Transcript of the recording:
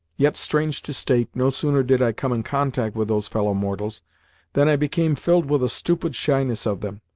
yet, strange to state, no sooner did i come in contact with those fellow-mortals than i became filled with a stupid shyness of them,